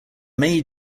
may